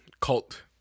cult